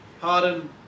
Harden